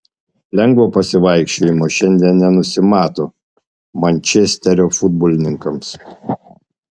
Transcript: lengvo pasivaikščiojimo šiandien nenusimato mančesterio futbolininkams